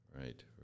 Right